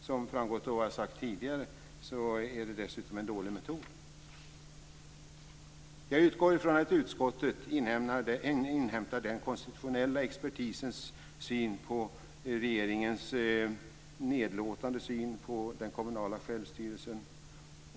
Som framgått av vad jag sagt tidigare är det dessutom en dålig metod. Jag utgår från att utskottet inhämtar den konstitutionella expertisens syn på regeringens nedlåtande syn på den kommunala självstyrelsen.